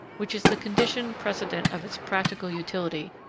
which is the condition precedent of its practical utility,